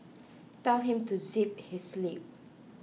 tell him to zip his lip